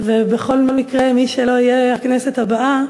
ובכל מקרה, מי שלא תהיה הכנסת הבאה,